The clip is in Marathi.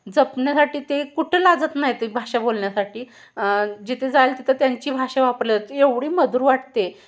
जपण्यासाठी ते कुठं लाजत नाही ते भाषा बोलण्यासाठी जिथे जाईल तिथं त्यांची भाषा वापरली जाते एवढी मधुर वाटते